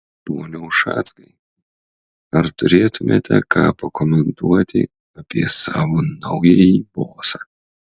pone ušackai ar turėtumėte ką pakomentuoti apie savo naująjį bosą